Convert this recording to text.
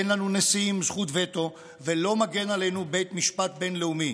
אין לנו נשיאים עם זכות וטו ולא מגן עלינו בית משפט בין-לאומי.